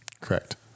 Correct